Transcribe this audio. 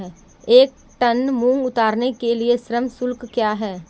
एक टन मूंग उतारने के लिए श्रम शुल्क क्या है?